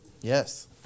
Yes